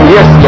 Yes